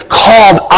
called